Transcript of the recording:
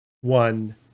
one